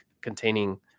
containing